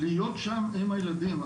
להיות שם עם הילדים.